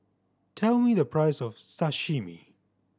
tell me the price of Sashimi